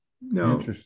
no